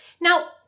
Now